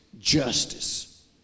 justice